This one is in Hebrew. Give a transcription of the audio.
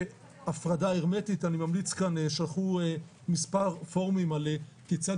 הפרדה הרמטית שלחו במספר פורומים כיצד